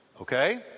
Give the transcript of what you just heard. okay